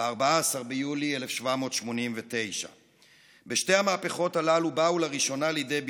ב-14 ביולי 1789. בשתי המהפכות הללו באו לראשונה לידי ביטוי,